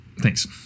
Thanks